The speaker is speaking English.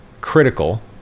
critical